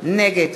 נגד